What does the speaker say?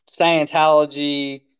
Scientology